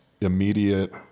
immediate